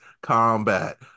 Combat